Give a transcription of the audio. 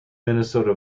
minnesota